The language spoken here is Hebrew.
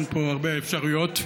אין פה הרבה אפשרויות.